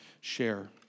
share